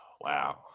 Wow